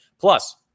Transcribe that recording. Plus